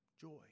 Joy